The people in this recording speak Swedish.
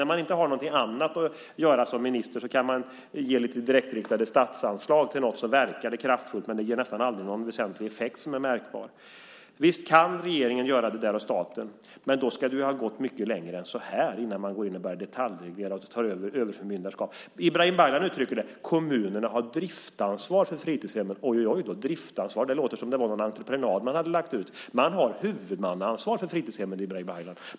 När man inte har något annat att göra som minister så kan man ge lite direktriktade statsanslag så verkar det kraftfullt, men det ger nästan aldrig någon väsentlig och märkbar effekt. Visst kan regeringen och staten göra så, men det ska ha gått mycket längre än så här, innan man går in och börjar detaljreglera och ägna sig åt något slags överförmyndarskap. Ibrahim Baylan uttryckte det så att kommunerna har driftsansvar för fritidshemmen. Oj då, det låter som om det var någon sorts entreprenad man hade lagt ut. Man har huvudmannaansvar för fritidshemmen, Ibrahim Baylan.